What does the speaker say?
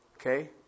Okay